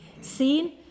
seen